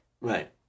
Right